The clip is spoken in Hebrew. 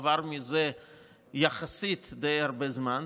עבר מאז יחסית די הרבה זמן,